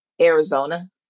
arizona